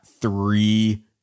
three